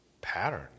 pattern